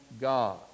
God